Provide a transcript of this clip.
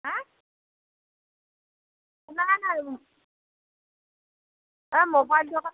হেঁ শুনা নাই মই এ মোবাইলটো আকৌ